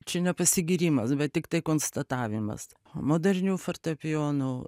čia ne pasigyrimas bet tiktai konstatavimas moderniu fortepijonu